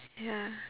ya